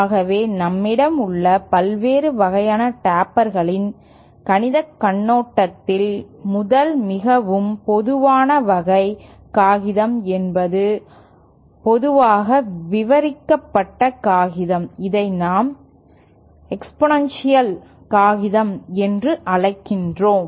ஆகவே நம்மிடம் உள்ள பல்வேறு வகையான டேப்பர்களில் கணிதக் கண்ணோட்டத்தில் முதல் மிகவும் பொதுவான வகை காகிதம் என்பது பொதுவாக விவரிக்கப்பட்ட காகிதம் இதை நாம் எக்ஸ்பொனென்ஷியல் காகிதம் என்று அழைக்கிறோம்